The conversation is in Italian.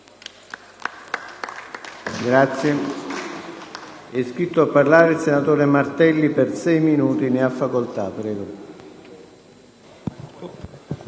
grazie.